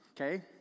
okay